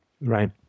Right